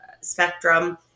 spectrum